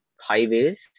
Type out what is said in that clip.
highways